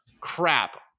crap